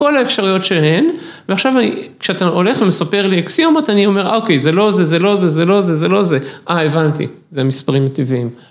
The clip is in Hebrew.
‫כל האפשרויות שהן, ועכשיו כשאתה ‫הולך ומספר לי אקסיומות, ‫אני אומר, אוקיי, זה לא זה, ‫זה לא זה, זה לא זה, זה לא זה. ‫אה, הבנתי, זה המספרים הטבעיים.